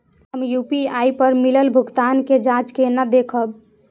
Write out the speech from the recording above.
हम यू.पी.आई पर मिलल भुगतान के जाँच केना देखब?